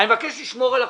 אני מבקש לשמור על החוק.